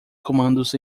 comandos